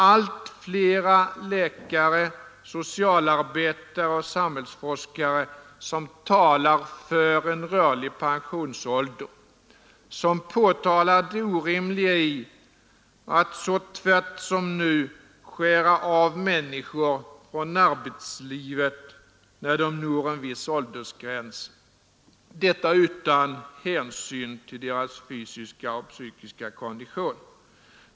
Allt fler läkare, socialarbetare och samhällsforskare talar nu för en rörlig pensionsålder och pekar på det orimliga i att så tvärt som nu sker avskära människor från arbetslivet när de når en viss åldersgräns, detta utan hänsyn till deras fysiska och psykiska kondition.